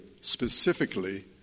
specifically